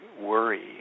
worry